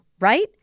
right